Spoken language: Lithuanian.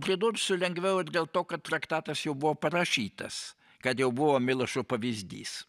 pridursiu lengviau ir dėl to kad traktatas jau buvo parašytas kad jau buvo milošo pavyzdys